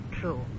true